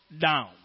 down